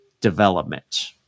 development